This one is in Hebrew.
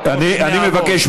אני מבקש,